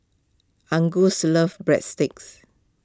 Angus loves Breadsticks